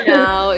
now